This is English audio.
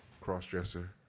Cross-dresser